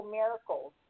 miracles